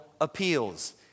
appeals